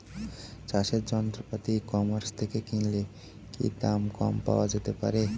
চাষের যন্ত্রপাতি e commerce থেকে কিনলে কি দাম কম পাওয়া যেতে পারে?